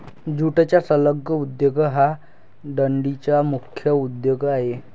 ज्यूटचा संलग्न उद्योग हा डंडीचा मुख्य उद्योग आहे